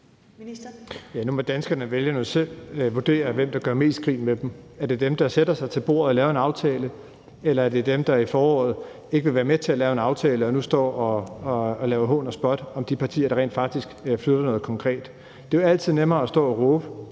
Nu må danskerne og vælgerne jo selv vurdere, hvem der gør mest grin med dem: Er det dem, der sætter sig til bordet og laver en aftale, eller er det dem, der i foråret ikke ville være med til at lave en aftale og nu står og kommer med hån og spot om de partier, der rent faktisk flytter noget konkret? Det er jo altid nemmere at stå og råbe